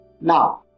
Now